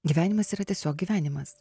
gyvenimas yra tiesiog gyvenimas